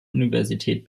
universität